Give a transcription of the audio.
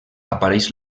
apareix